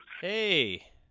Hey